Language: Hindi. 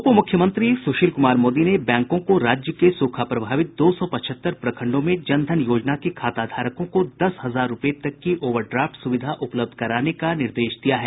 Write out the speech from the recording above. उप मुख्यमंत्री सुशील कुमार मोदी ने बैंकों को राज्य में सूखा प्रभावित दो सौ पचहत्तर प्रखंडों में जन धन योजना के खाता धारकों को दस हजार रूपये तक की ओवर ड्राफ्ट सुविधा उपलब्ध कराने का निर्देश किया है